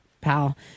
pal